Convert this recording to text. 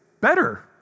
better